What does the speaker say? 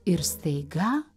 ir staiga